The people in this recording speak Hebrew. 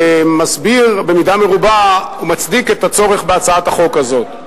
שמסביר במידה מרובה ומצדיק את הצורך בהצעת החוק הזאת.